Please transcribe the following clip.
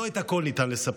לא את הכול ניתן לספר.